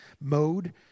mode